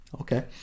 Okay